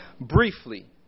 Briefly